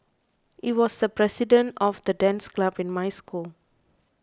he was the president of the dance club in my school